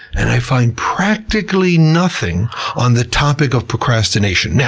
and i find practically nothing on the topic of procrastination. yeah